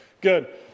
Good